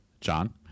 John